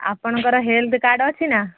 ଆପଣଙ୍କର health card ଅଛି ନା